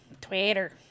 Twitter